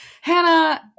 Hannah